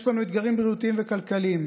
יש לנו אתגרים בריאותיים וכלכליים.